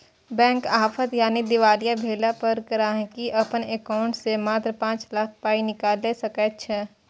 bank आफद यानी दिवालिया भेला पर गांहिकी अपन एकांउंट सँ मात्र पाँच लाख पाइ निकालि सकैत छै